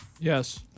Yes